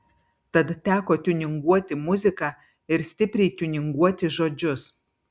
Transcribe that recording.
tad teko tiuninguoti muziką ir stipriai tiuninguoti žodžius